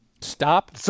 Stop